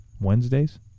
Wednesdays